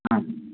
হ্যাঁ হ্যাঁ